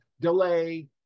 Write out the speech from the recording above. delay